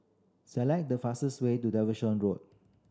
select the fastest way to Road